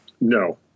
No